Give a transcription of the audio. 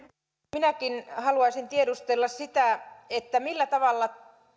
minäkin haluaisin tiedustella sitä millä tavalla